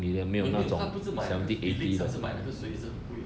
没有他不是买那个 felix 还是买哪个谁也是很贵